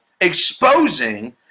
exposing